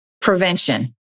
prevention